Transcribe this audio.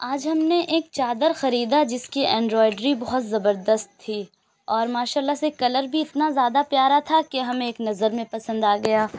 آج ہم نے ایک چادر خریدا جس کی انڈرائڈری بہت خوبصورت تھی اور ماشاء اللہ سے کلر بھی اتنا زیادہ پیارہ تھا کہ ہمیں ایک نظر میں پسند آگیا